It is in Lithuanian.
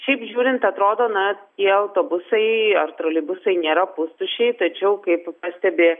šiaip žiūrint atrodo na tie autobusai ar troleibusai nėra pustuščiai tačiau kaip pastebi